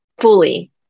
fully